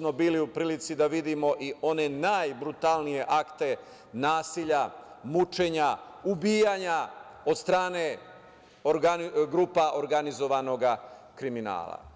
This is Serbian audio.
smo bili u prilici da vidimo i one najbrutalnije akte nasilja, mučenja, ubijanja od strane grupa organizovanog kriminala.